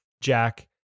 Jack